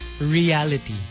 reality